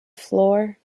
floor